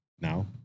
now